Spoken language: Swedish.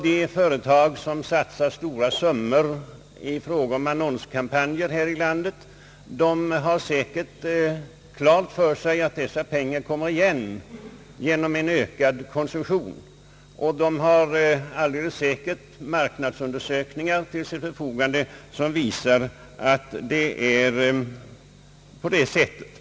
De företag som satsar stora summor på annonskampanjer här i landet har säkert klart för sig att dessa pengar kommer tillbaka till företagen genom en ökad försäljning. De har givetvis till sitt förfogande marknadsundersökningar, som visar att det är på det sättet.